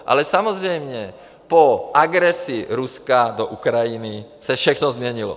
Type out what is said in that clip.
Ale samozřejmě po agresi Ruska do Ukrajiny se všechno změnilo.